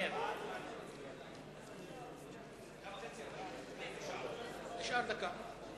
אדוני, עברה כבר דקה.